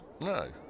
No